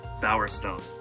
Bowerstone